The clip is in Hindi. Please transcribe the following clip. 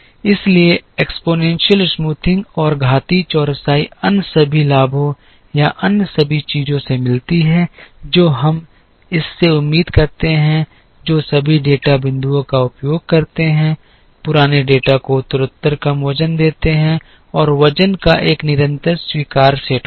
इसलिए घातीय चौरसाई अन्य सभी लाभों या उन सभी चीजों से मिलती है जो हम इससे उम्मीद करते हैं जो सभी डेटा बिंदुओं का उपयोग करते हैं पुराने डेटा को उत्तरोत्तर कम वजन देते हैं और वजन का एक निरंतर स्वीकार्य सेट होता है